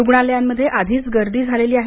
रुग्णालयांमध्ये आधीच गर्दी झालेली आहे